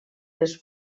les